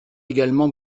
également